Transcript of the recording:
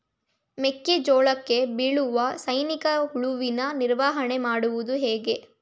ಮೆಕ್ಕೆ ಜೋಳಕ್ಕೆ ಬೀಳುವ ಸೈನಿಕ ಹುಳುವಿನ ನಿರ್ವಹಣೆ ಮಾಡುವುದು ಹೇಗೆ?